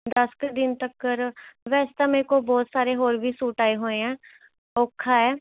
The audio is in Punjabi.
ਦਸ ਕੁ ਦਿਨ ਤੱਕ ਵੈਸੇ ਤਾਂ ਮੇਰੇ ਕੋਲ ਬਹੁਤ ਸਾਰੇ ਹੋਰ ਵੀ ਸੂਟ ਆਏ ਹੋਏ ਹੈ ਔਖਾ ਹੈ